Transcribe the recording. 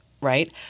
right